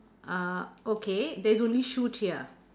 uh okay there's only shoot here